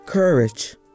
Courage